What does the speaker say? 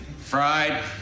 Fried